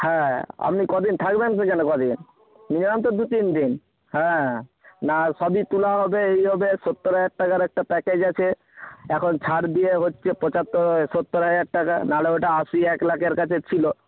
হ্যাঁ আপনি কদিন থাকবেন সেখানে কদিন মিনিমাম তো দু তিন দিন হ্যাঁ না সবই তোলা হবে এই হবে সত্তর হাজার টাকার একটা প্যাকেজ আছে এখন ছাড় দিয়ে হচ্ছে পঁচাত্তর সত্তর হাজার টাকা না হলে ওটা আশি এক লাখের কাছে ছিল